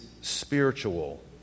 spiritual